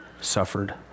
suffered